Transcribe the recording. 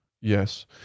Yes